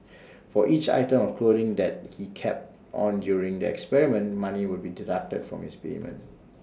for each item of clothing that he kept on during the experiment money would be deducted from his payment